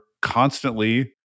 constantly